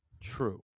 True